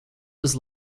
was